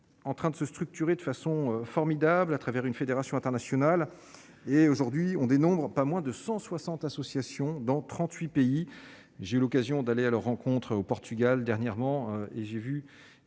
en train de se structurer de façon formidable à travers une fédération internationale et aujourd'hui, on dénombre pas moins de 160 associations dans 38 pays, j'ai eu l'occasion d'aller à leur rencontre au Portugal dernièrement et j'ai vu